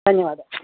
धन्यवादः